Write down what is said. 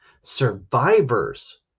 Survivors